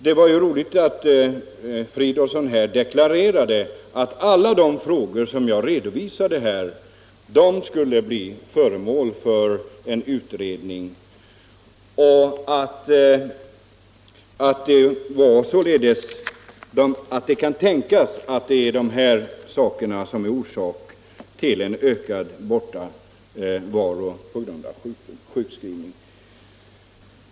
Det var roligt att herr Fridolfsson deklarerade att alla de frågor som jag redovisade skulle bli föremål för en utredning och att det kan tänkas att de är orsak till en ökad frånvaro på grund av sjukskrivning.